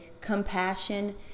compassion